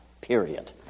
period